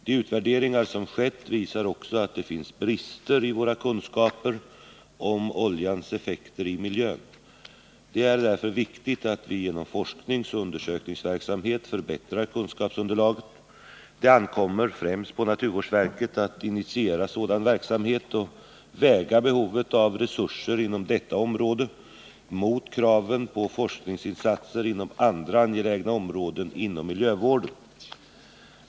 De utvärderingar som skett visar också att det finns brister i våra kunskaper om oljans effekter i miljön. Det är därför viktigt att vi genom forskningsoch undersökningsverksamhet förbättrar kunskapsunderlaget. Det ankommer främst på naturvårdsverket att initiera sådan verksamhet och väga behovet av resurser på detta område mot kraven på forskningsinsatser på andra angelägna områden inom miljövården.